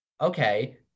okay